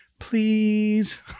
Please